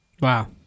Wow